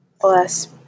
Bless